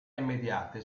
immediate